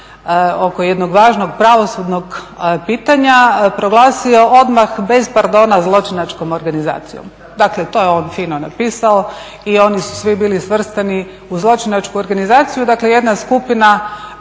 oko jednog važnog pravosudnog pitanja proglasio odmah bez pardona zločinačkom organizacijom. Dakle to je on fino napisao i oni su svi bili svrstani u zločinačku organizaciju, dakle jedna skupina